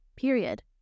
period